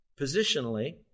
positionally